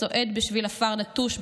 צועד בשביל עפר נטוש,